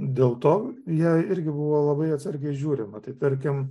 dėl to į ją irgi buvo labai atsargiai žiūrima tai tarkim